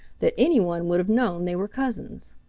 that any one would have know they were cousins.